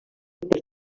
per